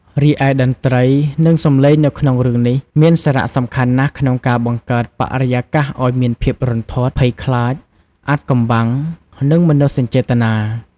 រីឯតន្ត្រី និងសំឡេងនៅក្នុងរឿងនេះមានសារៈសំខាន់ណាស់ក្នុងការបង្កើតបរិយាកាសអោយមានភាពរន្ធត់ ភ័យខ្លាច អាថ៌កំបាំង និងមនោសញ្ចេតនា ។